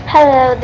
Hello